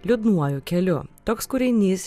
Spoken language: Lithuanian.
liūdnuoju keliu toks kūrinys